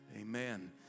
Amen